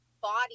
body